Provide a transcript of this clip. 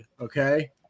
Okay